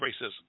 racism